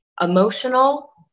emotional